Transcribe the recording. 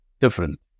different